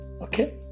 Okay